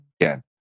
again